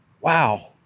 Wow